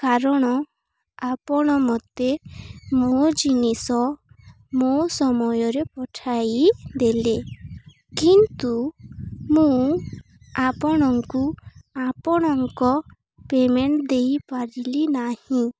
କାରଣ ଆପଣ ମୋତେ ମୋ ଜିନିଷ ମୋ ସମୟରେ ପଠାଇ ଦେଲେ କିନ୍ତୁ ମୁଁ ଆପଣଙ୍କୁ ଆପଣଙ୍କ ପେମେଣ୍ଟ ଦେଇପାରିଲି ନାହିଁ